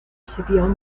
escipión